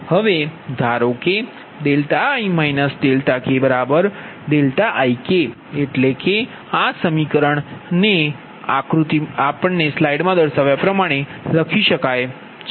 હવે ધારો કે δi k ik એટલે કે આ સમીકરણ આ રીતે લખી શકાય છે